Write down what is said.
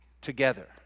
together